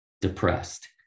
depressed